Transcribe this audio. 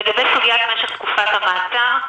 לגבי סוגיית משך תקופת המעצר.